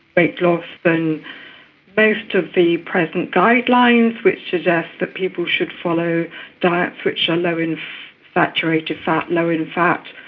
weight loss than most of the present guidelines, which suggests that people should follow the diets which are low in saturated fat, low in fat,